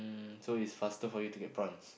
mm so it's faster for you to get prawns